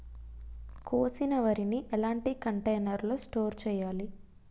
కోసిన వరిని ఎలాంటి కంటైనర్ లో స్టోర్ చెయ్యాలి?